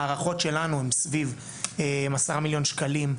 ההערכות שלנו הן סביב 10 מיליון שקלים.